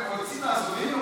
חבר הכנסת אזולאי,